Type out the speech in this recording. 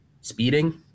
speeding